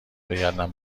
بگردم